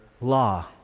law